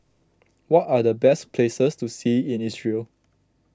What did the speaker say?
what are the best places to see in Israel